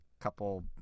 couple